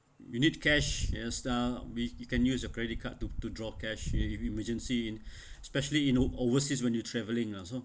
you need cash and which you can use your credit card to to draw cash if emergency in especially in an overseas when you're traveling lah so